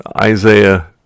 Isaiah